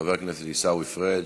חבר הכנסת עיסאווי פריג',